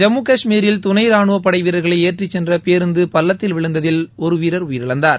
ஜம்முகாஷ்மீரில் துணை ராணுவப் படைவீரர்களை ஏற்றிச் சென்ற பேருந்து பள்ளத்தில் விழுந்ததில் ஒரு வீரர் உயிரிழந்தார்